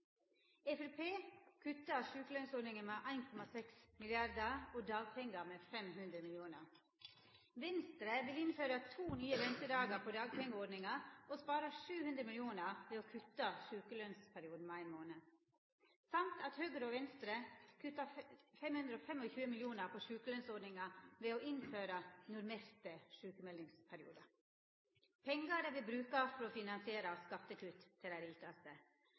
Framstegspartiet kuttar sjukelønsordninga med 1,6 mrd. og dagpengane med 500 mill. kr. Venstre vil innføra to nye ventedagar på dagpengeordninga og spara 700 mill. kr ved å kutta sjukelønsperioden med ein månad. I tillegg kuttar Høgre og Venstre 525 mill. kr på sjukelønsordninga med å innføra normerte sjukemeldingsperiodar – pengar dei vil bruka for å finansiera skattekutt for dei rikaste.